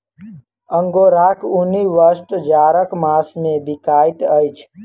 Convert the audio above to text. अंगोराक ऊनी वस्त्र जाड़क मास मे बिकाइत अछि